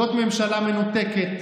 זאת ממשלה מנותקת,